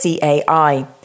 CAI